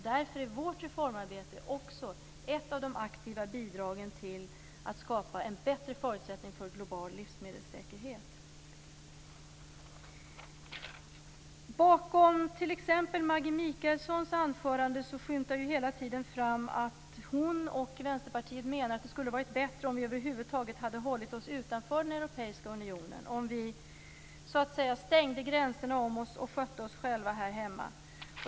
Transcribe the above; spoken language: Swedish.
Därför är vårt reformarbete också ett av de aktiva bidragen till att skapa en bättre förutsättning för en global livsmedelssäkerhet. Bakom t.ex. Maggi Mikaelssons anförande skymtar hela tiden fram att hon och Vänsterpartiet menar att det skulle ha varit bättre om vi över huvud taget hade hållit oss utanför den europeiska unionen, om vi stängde gränserna om oss och skötte oss själva här hemma.